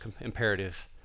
imperative